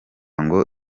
ngo